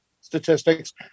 statistics